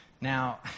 Now